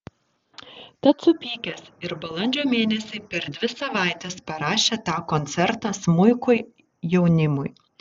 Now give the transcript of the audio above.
tad supykęs ir balandžio mėnesį per dvi savaites parašė tą koncertą smuikui jaunimui